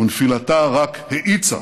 ונפילתה רק האיצה